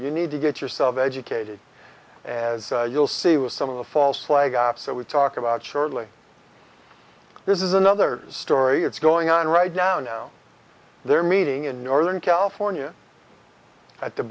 you need to get yourself educated and you'll see with some of the false flag ops so we talk about shortly this is another story that's going on right now now they're meeting in northern california at the